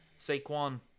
Saquon